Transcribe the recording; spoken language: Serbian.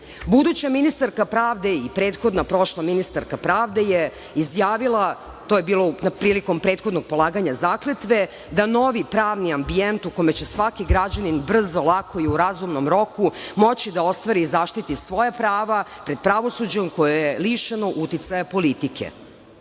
ministarka pravde i prethodna prošla ministarka pravde je izjavila, to je bilo priliko prethodnog polaganja zakletve, da novi pravni ambijent u kome će svaki građani u razumnom roku moći da ostvari i zaštiti svoja prava pred pravosuđem koje je lišeno uticaja politike. Ovo